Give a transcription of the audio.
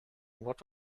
what